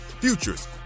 futures